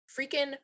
freaking